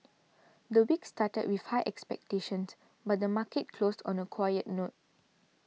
the week started with high expectations but the market closed on a quiet note